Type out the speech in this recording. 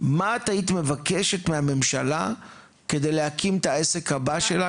מה את היית מבקשת מהממשלה כדי להקים את העסק הבא שלך?